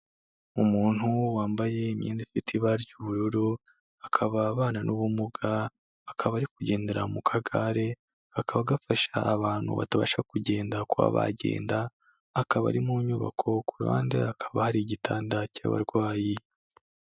Umuntu wambaye imyenda ifite ibara ry'ubururu, akaba abana n'ubumuga, akaba ari kugendera mu kagare, kakaba gafasha abantu batabasha kugenda kuba bagenda, akaba ari mu nyubako, ku ruhande hakaba hari igitanda cy'abarwayi.